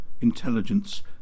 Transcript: intelligence